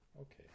Okay